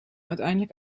uiteindelijk